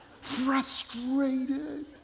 Frustrated